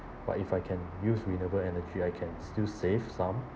but if I can use renewable energy I can still save some